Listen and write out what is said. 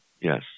yes